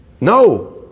no